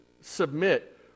submit